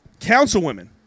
councilwomen